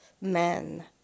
men